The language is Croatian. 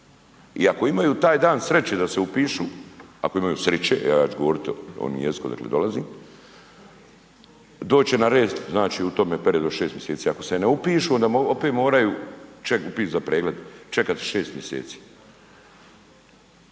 I ako imaju taj dan sreće da se upišu, ako imaju sriće, ja govorim ovim jezikom odakle dolazim, doći će na red znači u tome periodu od 6 mjeseci, ako se ne upišu onda opet moraju čekat upis